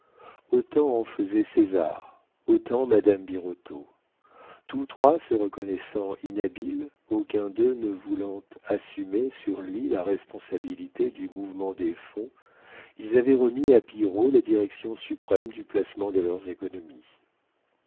autant en faisait césar autant madame birotteau tous trois se reconnaissant inhabiles aucun d'eux ne voulant assumer sur lui la responsabilité du mouvement des fonds ils avaient remis à pillerault la direction suprême du placement de leurs économies